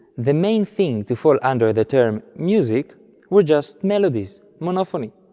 the main thing to fall under the term music were just melodies monophony.